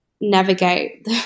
navigate